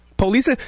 Police